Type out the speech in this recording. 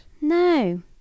no